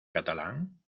catalán